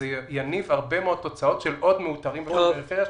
זה יניב הרבה מאוד תוצאות של עוד מאותרים בפריפריה.